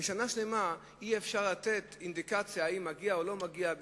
ושנה שלמה אי-אפשר לתת אינדיקציה אם מגיע או לא מגיע,